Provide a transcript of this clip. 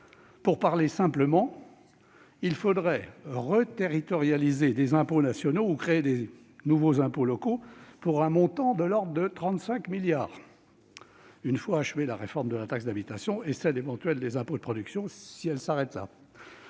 Pour parler simplement, il faudrait « reterritorialiser » des impôts nationaux ou créer de nouveaux impôts locaux, pour un montant de l'ordre de 35 milliards d'euros, une fois achevées la réforme de la taxe d'habitation et une éventuelle réforme des impôts de production, si cette